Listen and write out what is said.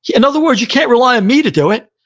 in other words, you can't rely on me to do it.